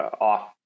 off